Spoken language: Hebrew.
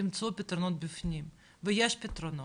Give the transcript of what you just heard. תמצאו פתרונות בפנים ויש פתרונות,